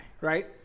right